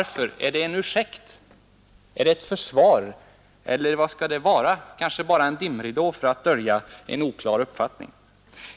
Är det en ursäkt, ett försvar eller kanske en dimridå för att dölja en oklar uppfattning?